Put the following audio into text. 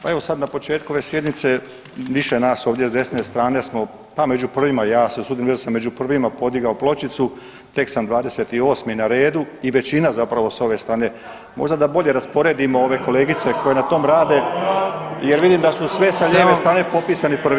Pa evo sad na početku ove sjednice više nas ovdje s desne strane smo pa među prvima, ja se usudim reć da sam među prvima podigao pločicu, tek sam 28. na redu i većina zapravo s ove strane, možda da bolje rasporedimo ove kolegice koje na tom rade jer vidim da su sve sa lijeve strane popisani prvi.